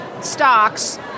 stocks